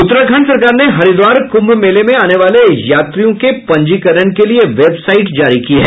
उत्तराखंड सरकार ने हरिद्वार क्रम्भ मेले में आने वाले यात्रियों के पंजीकरण के लिए वेबसाईट जारी कर दिया है